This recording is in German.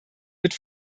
mit